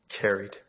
carried